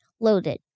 loaded